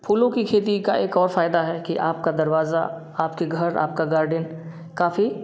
फूलो की खेती का एक और फ़ायदा है कि आपका दरवाजा आपके घर आपका गार्डेन काफ़ी